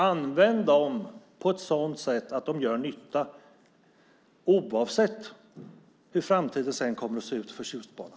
Använd dem på ett sådant sätt att de gör nytta oavsett hur framtiden sedan kommer att se ut för Tjustbanan!